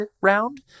round